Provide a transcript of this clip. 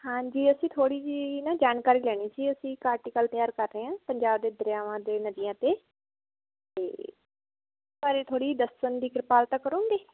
ਹਾਂਜੀ ਅਸੀਂ ਥੋੜੀ ਜਿਹੀ ਨਾ ਜਾਣਕਾਰੀ ਲੈਣੀ ਸੀ ਅਸੀਂ ਇੱਕ ਆਰਟੀਕਲ ਤਿਆਰ ਕਰ ਰਹੇ ਆਂ ਪੰਜਾਬ ਦੇ ਦਰਿਆਵਾਂ ਦੇ ਨਦੀਆਂ ਤੇ ਪਰ ਇਹ ਥੋੜੀ ਦੱਸਣ ਦੀ ਕਿਰਪਾਲਤਾ ਕਰੂਗੇ